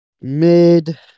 Mid